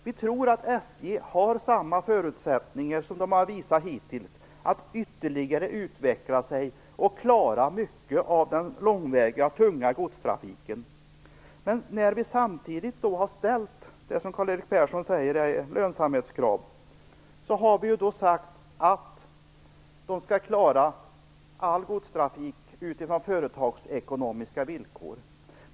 Vi tror att SJ har samma förutsättningar som de har visat hittills att ytterligare utveckla sig och klara mycket av den långväga tunga godstrafiken. Men när vi samtidigt då har ställt det som Karl Erik Persson säger är lönsamhetskrav har vi sagt att SJ skall klara all godstrafik utifrån företagsekonomiska villkor.